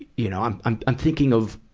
you know, i'm, i'm, i'm thinking of,